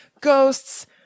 ghosts